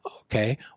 okay